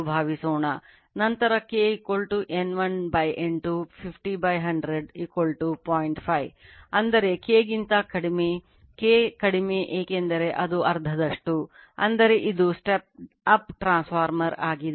ನಂತರ K N1 N2 50100 ಅರ್ಧ ಅಂದರೆ K ಗಿಂತ ಕಡಿಮೆ K ಕಡಿಮೆ ಏಕೆಂದರೆ ಅದು ಅರ್ಧದಷ್ಟು ಅಂದರೆ ಇದು ಸ್ಟೆಪ್ ಅಪ್ ಟ್ರಾನ್ಸ್ಫಾರ್ಮರ್ ಆಗಿದೆ